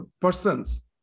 persons